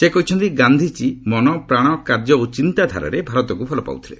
ସେ କହିଛନ୍ତି ଗାନ୍ଧିଜୀ ମନ ପ୍ରାଣ କାର୍ଯ୍ୟ ଓ ଚିନ୍ତାଧାରାରେ ଭାରତକୁ ଭଲ ପାଉଥିଲେ